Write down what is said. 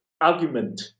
argument